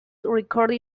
recorded